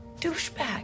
douchebag